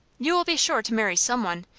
you will be sure to marry some one.